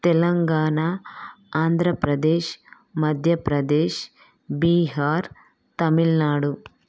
Telangana Andhra Pradesh Madhya Pradesh Bihar Tamil Nadu